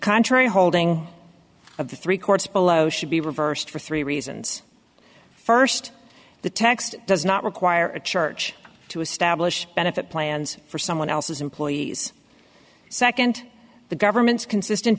contrary holding of the three courts below should be reversed for three reasons first the text does not require a church to establish benefit plans for someone else's employees second the government's consistent